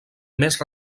més